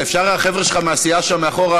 החבר'ה שלך מהסיעה שם מאחור,